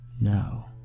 No